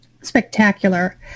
spectacular